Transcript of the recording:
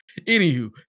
anywho